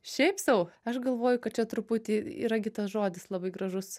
šiaip sau aš galvoju kad čia truputį yra gi tas žodis labai gražus